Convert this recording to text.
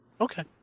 Okay